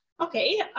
Okay